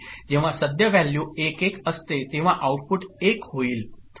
जेव्हा सद्य व्हॅल्यू 1 1 असते तेव्हा आउटपुट एक 1 होईल